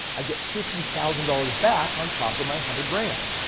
i get fifty thousand dollars back on top of my hundred grand.